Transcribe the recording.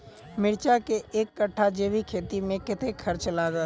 मिर्चा केँ एक कट्ठा जैविक खेती मे कतेक खर्च लागत?